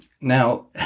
Now